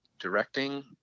directing